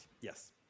Yes